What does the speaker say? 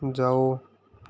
जाओ